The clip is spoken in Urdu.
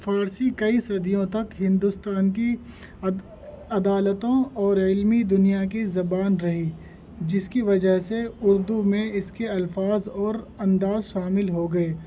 فارسی کئی صدیوں تک ہندوستان کی عدالتوں اور علمی دنیا کی زبان رہی جس کی وجہ سے اردو میں اس کے الفاظ اور انداز شامل ہو گئے